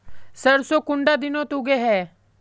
सरसों कुंडा दिनोत उगैहे?